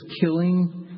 killing